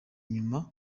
inyuma